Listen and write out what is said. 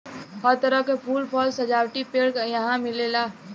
हर तरह क फूल, फल, सजावटी पेड़ यहां मिलेला